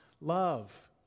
love